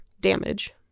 damage